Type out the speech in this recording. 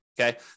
Okay